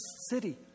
city